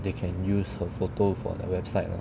they can use her photos for their website lah